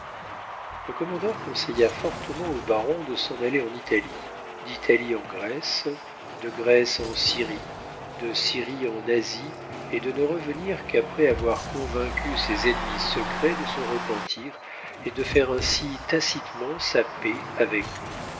le commandeur conseilla fortement au baron de s'en aller en italie d'italie en grèce de grèce en syrie de syrie en asie et de ne revenir qu'après avoir convaincu ses ennemis secrets de son repentir et de faire ainsi tacitement sa paix avec eux